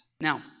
Now